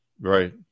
Right